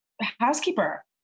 housekeeper